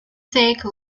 take